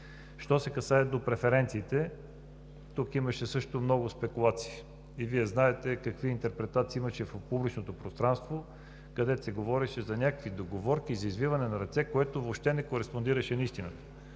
Що се касае до преференциите. Тук имаше също много спекулации и Вие знаете какви интерпретации имаше в публичното пространство, където се говореше за някакви договорки, за извиване на ръце, което въобще не кореспондираше на истината.